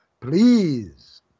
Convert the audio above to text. Please